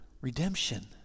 redemption